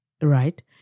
Right